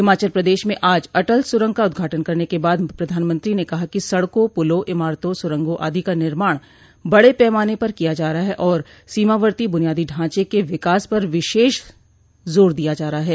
हिमाचल प्रदेश में आज अटल सुरंग का उद्घाटन करने के बाद प्रधानमंत्री ने कहा कि सडकों पुलों इमारतों सुरंगों आदि का निर्माण बडे पैमाने पर किया जा रहा है और सीमावर्ती बुनियादी ढांचे के विकास पर विशष जोर दिया जा रहा है